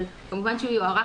אבל כמובן שהוא יוארך,